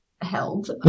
held